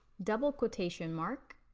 double quotation mark,